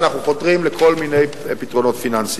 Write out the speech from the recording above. אנחנו חותרים לכל מיני פתרונות פיננסיים.